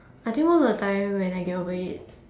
I think most of the time when I get over it